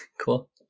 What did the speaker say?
Cool